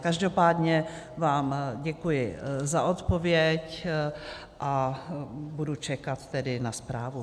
Každopádně vám děkuji za odpověď a budu čekat tedy na zprávu.